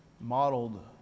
modeled